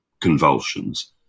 convulsions